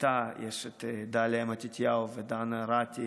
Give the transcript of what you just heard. איתה יש את דליה מתתיהו ודן הראתי